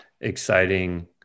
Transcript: exciting